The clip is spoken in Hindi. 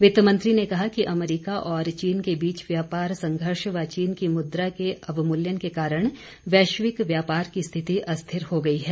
वित्त मंत्री ने कहा कि अमेरिका और चीन के बीच व्यापार संघर्ष व चीन की मुद्रा के अवमूल्यन के कारण वैश्विक व्यापार की स्थिति अस्थिर हो गई है